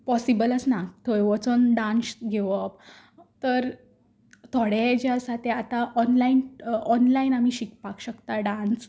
possible आसना थंय वसोन डान्स घेवप थोडे जे आसा ते आतां ऑनलायन ऑनलायन आमी शिकपाक शकता डान्स